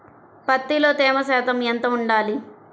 పత్తిలో తేమ శాతం ఎంత ఉండాలి?